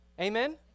Amen